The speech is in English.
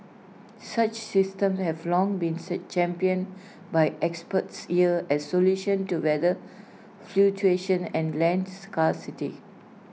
such systems have long been set championed by experts here as solutions to weather fluctuations and lands scarcity